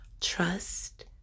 trust